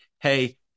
hey